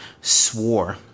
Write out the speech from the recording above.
swore